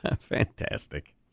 Fantastic